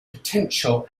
potential